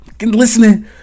listening